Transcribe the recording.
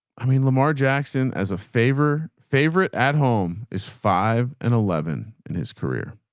i mean, lamar jackson as a favor, favorite at home is five and eleven in his career.